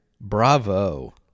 Bravo